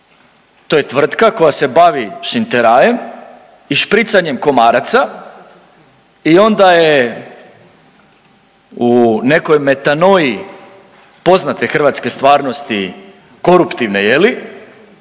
To je tvrtka koja se bavi šinterajem i špricanjem komaraca i onda je u nekoj metanoi poznate hrvatske stvarnosti koruptivne je li?